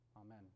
Amen